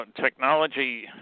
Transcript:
technology